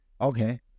Okay